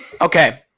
okay